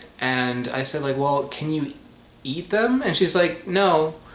and i said like well can you eat them and she's like no.